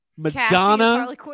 Madonna